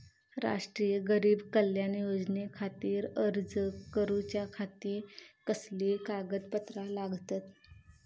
राष्ट्रीय गरीब कल्याण योजनेखातीर अर्ज करूच्या खाती कसली कागदपत्रा लागतत?